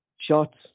shots